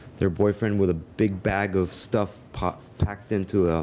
their boyfriend with a big bag of stuff pop packed into